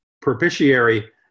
propitiatory